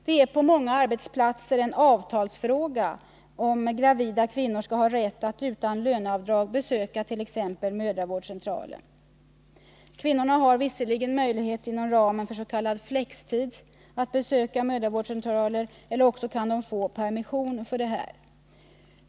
Det är på många arbetsplatser en avtalsfråga huruvida gravida kvinnor skall ha rätt att utan löneavdrag besöka t.ex. mödravårdscentralen. Kvinnorna har visserligen möjlighet att inom ramen för s.k. flextid besöka mödravårdscentraler, eller också kan de få permission för detta.